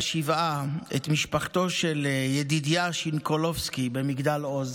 בשבעה את משפחתו של ידידיה שינקולבסקי במגדל עוז,